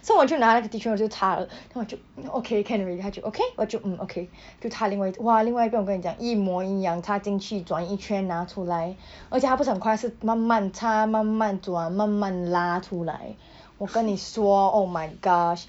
so 我就拿那个 tissue 我就插了 then 我就 okay can already 他就 okay 我就 mm okay 就插另外一只 !wah! 另外一个我跟你讲一摸一样插进去转一圈拿出来 而且他不是很快他是慢慢插慢慢转慢慢拉出来 我跟你说 oh my gosh